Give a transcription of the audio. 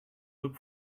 look